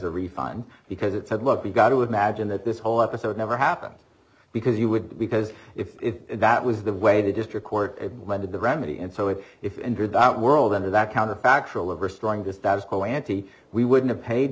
a refund because it said look we've got to imagine that this whole episode never happened because you would because if that was the way the district court and when did the remedy and so if if indeed that world that counter factual overstrong to status quo ante we would have paid